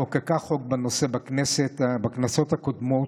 חוקקה חוק בנושא בכנסות הקודמות,